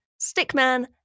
Stickman